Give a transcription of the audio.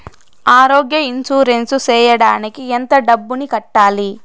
ఆరోగ్య ఇన్సూరెన్సు సేయడానికి ఎంత డబ్బుని కట్టాలి?